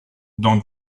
dans